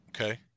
Okay